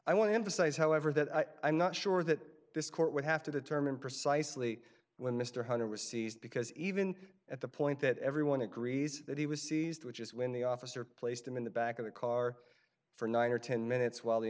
i want to emphasize however that i'm not sure that this court would have to determine precisely when mr hunter was seized because even at the point that everyone agrees that he was seized which is when the officer placed him in the back of the car for nine or ten minutes while the